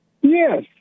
Yes